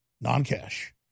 non-cash